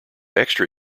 extra